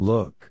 Look